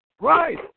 Right